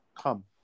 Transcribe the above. come